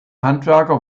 handwerker